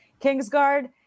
Kingsguard